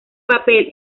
papel